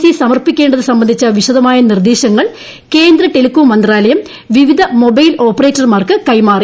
C സമർപ്പിക്കേണ്ടത് സംബന്ധിച്ച വിശദമായ നിർദ്ദേശങ്ങൾ കേന്ദ്ര ടെലികോം മന്ത്രാലയം വിവിധ മൊബൈൽ ഓപ്പറേറ്റർമാർക്ക് കൈമാറി